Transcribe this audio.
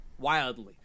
Wildly